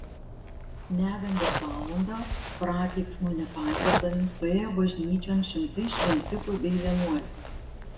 negandos valandą prakeiksmo nepaisydami suėjo bažnyčion šimtai šventikų bei vienuolių